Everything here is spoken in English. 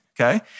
okay